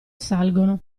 salgono